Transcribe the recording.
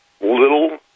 little